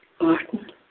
Martin